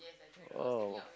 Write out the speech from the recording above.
oh